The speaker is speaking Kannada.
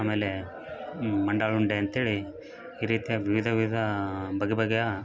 ಆಮೇಲೆ ಮಂಡಾಳುಂಡೆ ಅಂತೇಳಿ ಈ ರೀತಿಯ ವಿವಿಧ ವಿಧ ಬಗೆಬಗೆಯ